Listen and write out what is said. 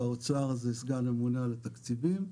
באוצר זה סגן הממונה על התקציבים.